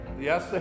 yes